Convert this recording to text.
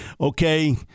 Okay